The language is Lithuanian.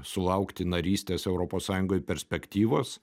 sulaukti narystės europos sąjungoj perspektyvos